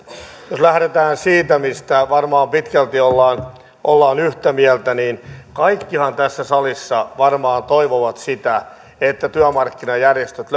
jos lähdetään siitä mistä varmaan pitkälti ollaan ollaan yhtä mieltä niin kaikkihan tässä salissa varmaan toivovat sitä että työmarkkinajärjestöt